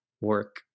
work